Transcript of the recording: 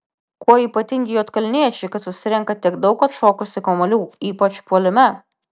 kuo ypatingi juodkalniečiai kad susirenka tiek daug atšokusių kamuolių ypač puolime